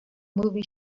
movie